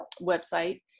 website